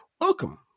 welcome